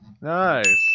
Nice